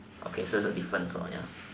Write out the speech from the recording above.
okay so there's a difference over here ya